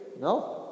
no